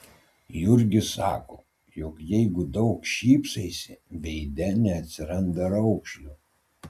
jurgis sako jog jeigu daug šypsaisi veide neatsiranda raukšlių